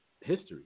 history